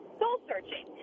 soul-searching